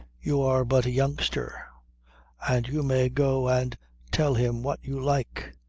you are but a youngster and you may go and tell him what you like.